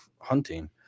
hunting